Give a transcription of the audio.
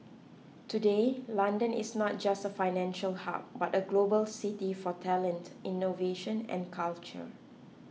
today London is not just a financial hub but a global city for talent innovation and culture